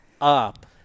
up